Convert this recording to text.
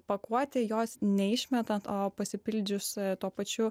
pakuotę jos neišmetant o pasipildžius tuo pačiu